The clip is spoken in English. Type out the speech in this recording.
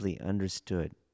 understood